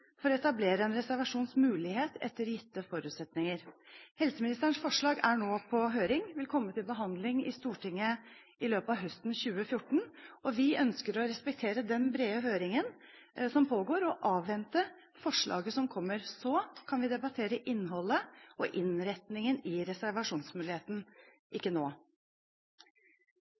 for å etablere en reservasjonsmulighet etter gitte forutsetninger. Helseministerens forslag er nå på høring og vil komme til behandling i Stortinget i løpet av høsten 2014. Vi ønsker å respektere den brede høringen som pågår, og å avvente forslaget som kommer. Så kan vi debattere innholdet og innretningen i reservasjonsmuligheten – ikke nå.